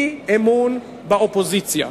אי-אמון באופוזיציה.